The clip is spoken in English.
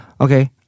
Okay